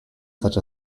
such